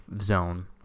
zone